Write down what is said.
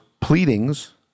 pleadings